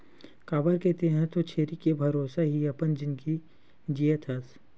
काबर के तेंहा तो छेरी के भरोसा ही अपन जिनगी जियत हस